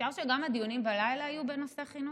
אפשר שגם הדיונים בלילה יהיו בנושאי חינוך?